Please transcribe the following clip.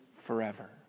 forever